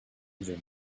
dream